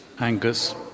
Angus